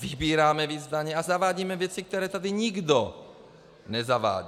vybíráme víc daně a zavádíme věci, které tady nikdo nezaváděl.